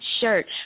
shirt